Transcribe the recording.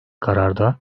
kararda